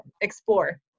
explore